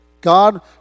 God